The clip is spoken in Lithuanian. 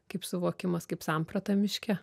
kaip suvokimas kaip samprata miške